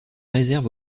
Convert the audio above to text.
réserve